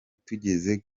tugeze